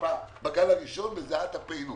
בגל הראשון כאן.